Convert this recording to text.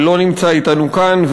שלא נמצא אתנו כאן,